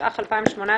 התשע"ח-2018